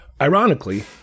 Ironically